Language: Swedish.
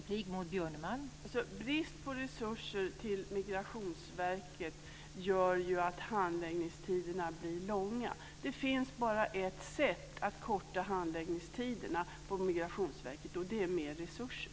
Fru talman! Brist på resurser till Migrationsverket gör att handläggningstiderna blir långa. Det finns bara ett sätt att korta handläggningstiderna på Migrationsverket. Det är mer resurser.